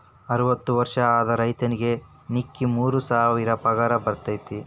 ಅರ್ವತ್ತ ವರ್ಷ ಆದ ರೈತರಿಗೆ ನಿಕ್ಕಿ ಮೂರ ಸಾವಿರ ಪಗಾರ ಬರ್ತೈತಿ